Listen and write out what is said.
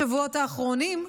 בשבועות האחרונים,